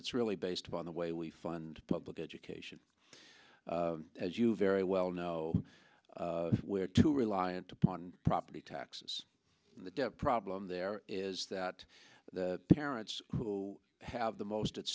it's really based upon the way we fund public education as you very well know where too reliant upon property taxes the problem there is that the parents who have the most at